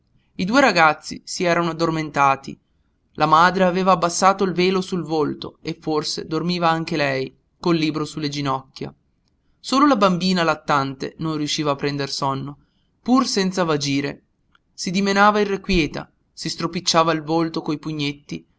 i due ragazzi si erano addormentati la madre aveva abbassato il velo sul volto e forse dormiva anche lei col libro su le ginocchia solo la bambina lattante non riusciva a prender sonno pur senza vagire si dimenava irrequieta si stropicciava il volto coi pugnetti